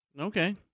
Okay